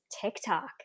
TikTok